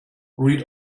read